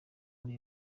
muri